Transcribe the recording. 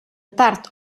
tard